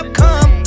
come